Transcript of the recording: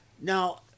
Now